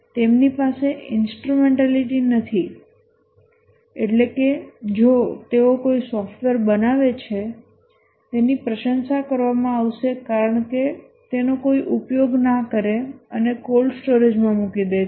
તેમની પાસે ઇન્સ્ટ્રુમેંટેલિટી નથી એટલે કે જો તેઓ કોઈ સોફ્ટવેર બનાવે છે તેની પ્રશંસા કરવામાં આવશે કારણ કે તેનો કોઈ ઉપયોગ ના કરે અને કોલ્ડ સ્ટોરેજમાં મૂકી શકે છે